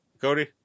Cody